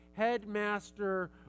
Headmaster